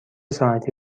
ساعتی